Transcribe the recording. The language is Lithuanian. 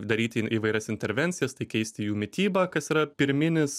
daryti in įvairias intervencijas tai keisti jų mitybą kas yra pirminis